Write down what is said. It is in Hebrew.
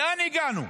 לאן הגענו?